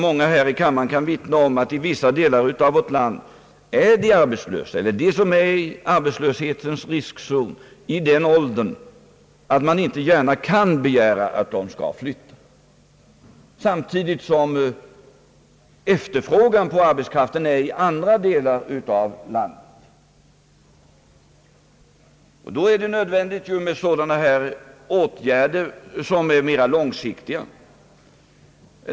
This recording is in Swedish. Många här i kammaren kan nog vittna om att i vissa delar av vårt land är de arbetslösa eller de som är i arbetslöshetens riskzon i den åldern att vi inte gärna kan begära att de skall flytta, fastän det råder efterfrågan på arbetskraft i andra delar av landet. Då är det nödvändigt med mera långsiktiga åtgärder.